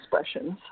expressions